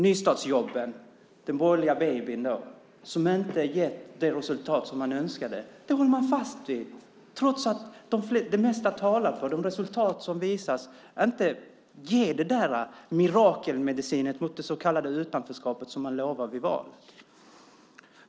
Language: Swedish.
Nystartsjobben, den borgerliga babyn som inte gett det resultat som man önskade, håller man fast vid, trots att resultaten visar att de inte är den där mirakelmedicinen mot det så kallade utanförskapet som man lovade inför valet.